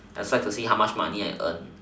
I like to see how much money I have earned